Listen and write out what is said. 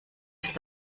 ist